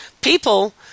people